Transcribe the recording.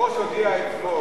היושב-ראש הודיע אתמול,